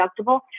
deductible